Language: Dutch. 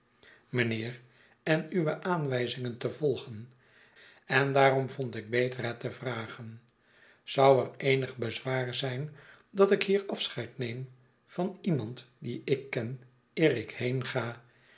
mijnheer en uwe aanwijzingen te volgen en daarorn vond ik beter het te vragen zou er eenig bezwaar z'yn dat ik hier afscheid neem van iemand dien ik ken eer ik